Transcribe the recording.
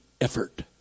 effort